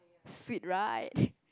sweet right